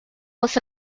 was